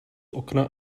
okna